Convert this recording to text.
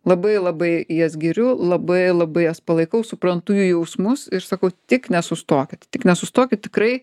labai labai jas giriu labai labai jas palaikau suprantu jų jausmus ir sakau tik nesustokit tik nesustokit tikrai